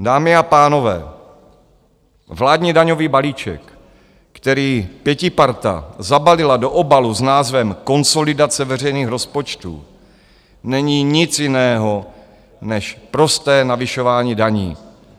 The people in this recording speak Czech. Dámy a pánové, vládní daňový balíček, který pětiparta zabalila do obalu s názvem Konsolidace veřejných rozpočtů, není nic jiného, než prosté navyšování daní,